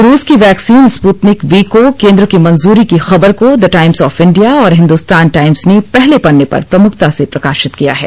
रूस की vaccine Sputnik V को केंद्र की मंजूरी की खबर को द टाइम्स ऑफ इंडिया और हिन्दुस्तान टाइम्स ने पहले पन्ने पर प्रमुखता से प्रकाशित किया है